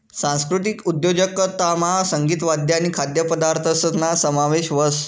सांस्कृतिक उद्योजकतामा संगीत, वाद्य आणि खाद्यपदार्थसना समावेश व्हस